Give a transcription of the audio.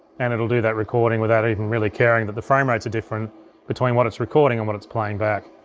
and it'll do that recording without even really caring that the frame rates are different between what it's recording and what it's playing back.